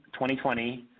2020